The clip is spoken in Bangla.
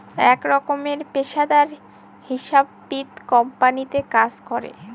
এক রকমের পেশাদার হিসাববিদ কোম্পানিতে কাজ করে